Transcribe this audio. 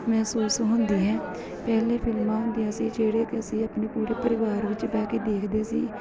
ਮਹਿਸੂਸ ਹੁੰਦੀ ਹੈ ਪਹਿਲੇ ਫਿਲਮਾਂ ਹੁੰਦੀਆਂ ਸੀ ਜਿਹੜੇ ਕਿ ਅਸੀਂ ਆਪਣੀ ਪੂਰੇ ਪਰਿਵਾਰ ਵਿੱਚ ਬਹਿ ਕੇ ਦੇਖਦੇ ਸੀ